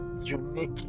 unique